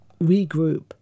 regroup